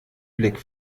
blick